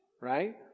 right